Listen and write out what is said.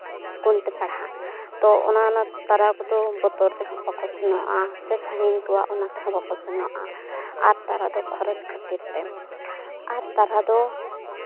school ᱛᱮ ᱯᱟᱲᱦᱟᱜ ᱛᱳ ᱚᱱᱮ ᱚᱱᱟ ᱛᱟᱨᱟ ᱠᱚᱫᱚ ᱵᱚᱛᱚᱨ ᱛᱮᱦᱚᱸ ᱵᱟᱠᱚ ᱥᱮᱱᱚᱜᱼᱟ ᱥᱮ ᱥᱟᱺᱜᱤᱧ ᱠᱚᱣᱟ ᱚᱱᱟ ᱛᱮᱦᱚᱸ ᱵᱟᱠᱚ ᱥᱮᱱᱚᱜᱼᱟ ᱟᱨ ᱛᱟᱨᱟ ᱫᱚ ᱠᱷᱚᱨᱚᱪ ᱠᱷᱟᱹᱛᱤᱨ ᱛᱮ ᱟᱨ ᱛᱟᱨᱟ ᱫᱚ